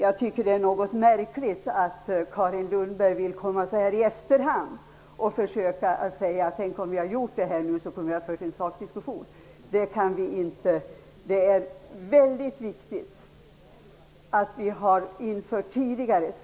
Jag tycker att det är något märkligt att Carin Lundberg kommer så här i efterhand och säger att om vi hade gjort detta tidigare, hade vi kunnat föra en sakdiskussion. Det är väldigt viktigt att vi har